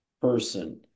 person